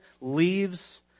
leaves